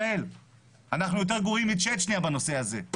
אנחנו יותר גרועים מצ'צ'ניה בנושא הזה.